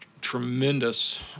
tremendous